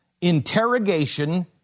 interrogation